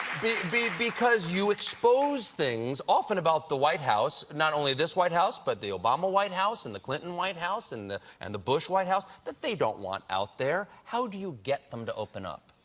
because you expose things, often about the white house, not only this white house, but the obama white house and the clinton white house and the and the bush white house, that they don't want out there. how do you get them to open up?